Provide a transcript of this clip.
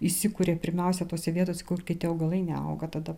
įsikuria pirmiausia tose vietose kur kiti augalai neauga tada